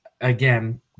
again